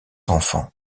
enfants